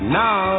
now